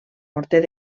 morter